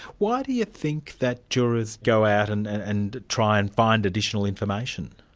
why do you think that jurors go out and and try and find additional information?